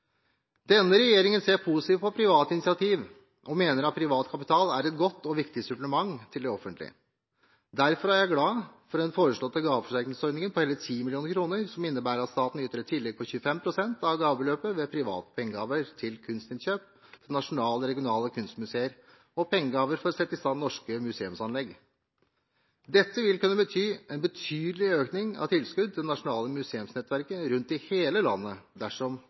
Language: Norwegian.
Denne regjeringen ser positivt på private initiativ og mener at privat kapital er et godt og viktig supplement til det offentlige. Derfor er jeg glad for den foreslåtte gaveforsterkningsordningen på hele 10 mill. kr, som innebærer at staten yter et tillegg på 25 pst. av gavebeløpet ved private pengegaver til kunstinnkjøp til nasjonale og regionale kunstmuseer, og pengegaver for å sette i stand norske museumsanlegg. Dette vil kunne bety en betydelig økning av tilskudd til det nasjonale museumsnettverket rundt i hele landet dersom